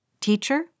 Teacher